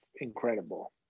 incredible